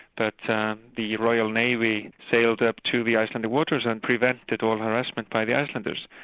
the the royal navy sailed up to the icelandic waters and prevented all harassment by the icelanders.